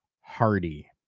Hardy